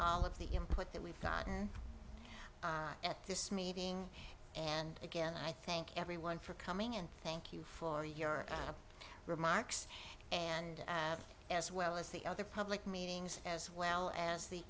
of the input that we've got at this meeting and again i think everyone for coming and thank you for your remarks and as well as the other public meetings as well as the